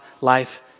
life